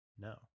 no